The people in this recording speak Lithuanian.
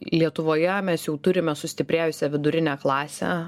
lietuvoje mes jau turime sustiprėjusią vidurinę klasę